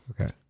Okay